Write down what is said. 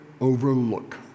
overlook